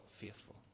faithful